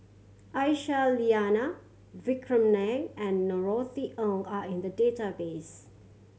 Aisyah Lyana Vikram Nair and Norothy Ng are in the database